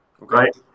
right